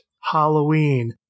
Halloween